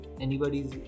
anybody's